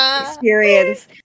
experience